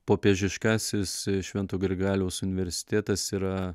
popiežiškasis švento grigaliaus universitėtas yra